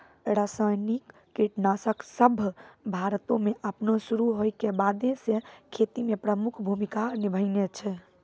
रसायनिक कीटनाशक सभ भारतो मे अपनो शुरू होय के बादे से खेती मे प्रमुख भूमिका निभैने छै